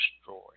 destroyed